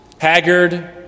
haggard